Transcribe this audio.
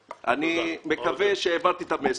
מקווה שהעברתי את המסר.